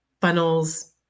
funnels